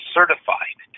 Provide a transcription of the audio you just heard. Certified